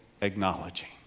acknowledging